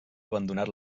abandonat